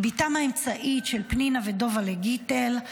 היא בתם האמצעית של פנינה ודובל'ה גיטל,